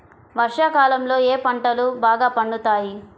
వర్షాకాలంలో ఏ పంటలు బాగా పండుతాయి?